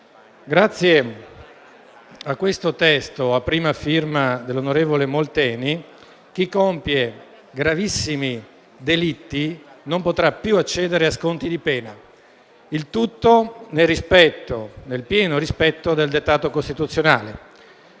Grazie a questo testo, a prima firma dell'onorevole Molteni, chi compie gravissimi delitti non potrà più accedere a sconti di pena, il tutto nel pieno rispetto del dettato costituzionale.